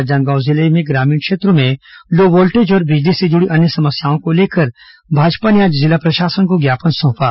राजनांदगांव जिले के ग्रामीण क्षेत्रों में लो वोल्टेज और बिजली से जुड़ी अन्य समस्याओं को लेकर भाजपा ने आज जिला प्रशासन को ज्ञापन सौंपा